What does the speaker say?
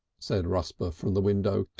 said rusper from the window.